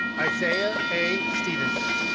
isaiah a. stevenson.